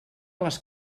les